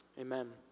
Amen